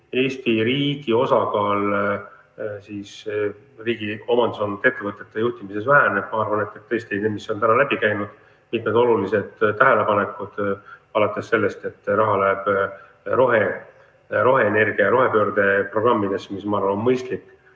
Eesti riigi osakaal riigi omanduses olevate ettevõtete juhtimises väheneb, arvan, et tõesti, mis on täna läbi käinud, mitmed olulised tähelepanekud alates sellest, et raha läheb roheenergia ja rohepöördeprogrammidesse, mis ma arvan, on mõistlik.